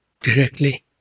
directly